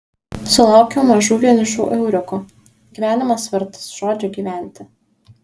sulaukiau mažų vienišų euriukų gyvenimas vertas žodžio gyventi